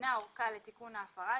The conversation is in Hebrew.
ניתנה ארכה לתיקון ההפרה,